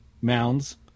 mounds